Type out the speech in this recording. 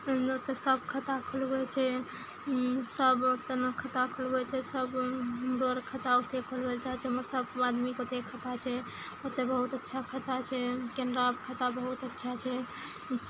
ओतऽ सब खाता खोलबै छै सब ओतऽ नऽ खाता खोलबै छै सब लोग खाता ओते खोलबै लऽ चाहै छै सब आदमी के ओतय खाता छै ओतऽ बहुत अच्छा खाता छै केनरा के खाता बहुत अच्छा छै